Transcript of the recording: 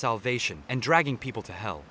salvation and dragging people to hel